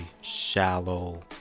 shallow